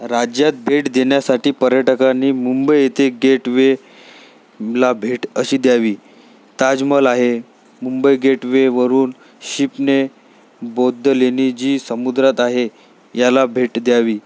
राज्यात भेट देण्यासाठी पर्यटकांनी मुंबई इथे गेटवेला भेट अशी द्यावी ताजमहल आहे मुंबई गेटवेवरून शिपने बौद्ध लेणी जी समुद्रात आहे याला भेट द्यावी